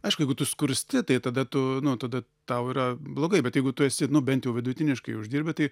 aišku jeigu tu skursti tai tada tu nu tada tau yra blogai bet jeigu tu esi nu bent jau vidutiniškai uždirbi tai